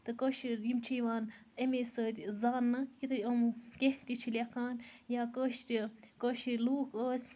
تہٕ کٲشِر یِم چھِ یِوان اَمے سۭتۍ زاننہٕ یِتھُے یِم کیٚنہہ تہِ چھِ لیٚکھان یا کٲشرِ کٲشِر لوٗکھ ٲسۍ